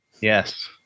Yes